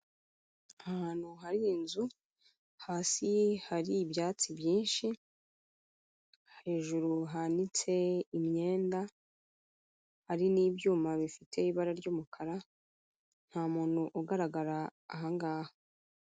Ahantu hari inzu, hasi hari ibyatsi byinshi, hejuru hanitse imyenda, hari n'ibyuma bifite ibara ry'umukara, nta muntu ugaragara aha ngaha.